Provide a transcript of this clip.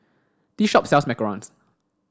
this shop sells Macarons